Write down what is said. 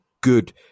good